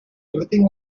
everything